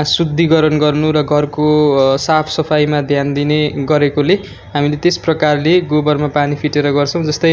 शुद्धिकरण गर्नु र घरको साफ सफाइमा ध्यान दिने गरेकोले हामीले त्यस प्रकारले गोबरमा पानी फिटेर गर्छौँ जस्तै